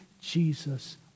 Jesus